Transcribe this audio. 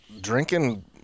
drinking